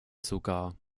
sogar